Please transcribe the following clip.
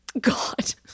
God